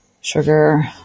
sugar